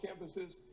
campuses